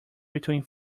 between